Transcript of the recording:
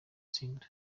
tsinda